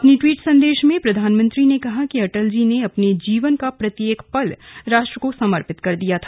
अपने ट्वीट संदेश में प्रधानमंत्री ने कहा अटल जी ने अपने जीवन का प्रत्येक पल राष्ट्र को समर्पित कर दिया था